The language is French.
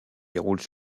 déroule